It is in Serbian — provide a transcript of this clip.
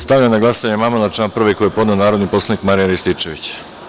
Stavljam na glasanje amandman na član 1. koji je podneo narodni poslanik Marijan Rističević.